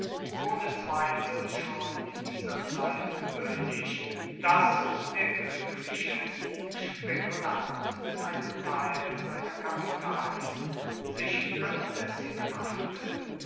ohne zweifel schon in dieser zeit gewoehnlich dass der glueckliche spekulant mit einem teil seiner kapitalien sich ansaessig machte